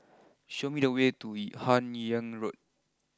show me the way to Hun Yeang Road